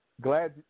glad